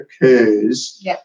occurs